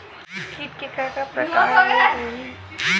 कीट के का का प्रकार हो होही?